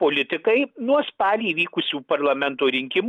politikai nuo spalį vykusių parlamento rinkimų